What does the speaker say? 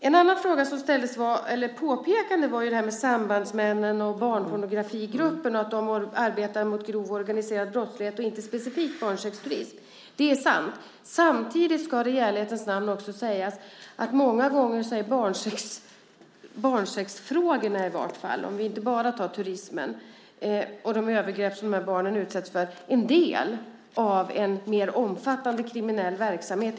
Ett annat påpekande gällde sambandsmännen och barnpornografigruppen, att de arbetar mot grov organiserad brottslighet och inte specifikt barnsexturism. Det är sant. Samtidigt ska det i ärlighetens namn också sägas att många gånger är barnsexfrågorna - om vi inte bara tar turismen - och de övergrepp som de här barnen utsätts för en del av en mer omfattande kriminell verksamhet.